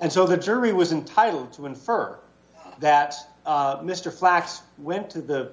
and so the jury was entitle to infer that mister flaks went to the